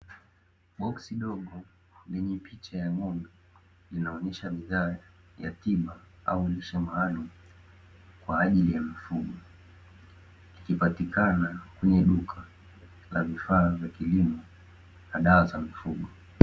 Boksi dogo lenye picha ya ng’ombe linaonyesha bidhaa ya tiba au lishe maalumu kwa ajili ya mifugo, ikipatikana kwenye duka la vifaa vya kilimo na dawa za mifugo.